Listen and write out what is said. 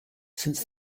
since